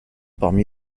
parmi